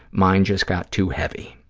mine just got too heavy.